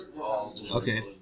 Okay